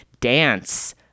dance